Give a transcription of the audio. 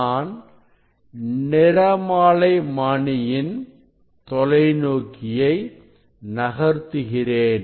நான் நிறமாலைமானியின் தொலைநோக்கியை நகர்த்துகிறேன்